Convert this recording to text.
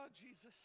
Jesus